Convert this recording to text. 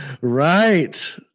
Right